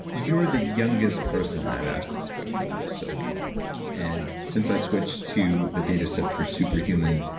you're the youngest person i've asked this question of so far and since i switched to the dataset for super human,